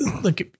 Look